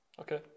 Okay